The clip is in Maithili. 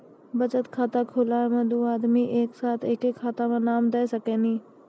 बचत खाता खुलाए मे दू आदमी एक साथ एके खाता मे नाम दे सकी नी?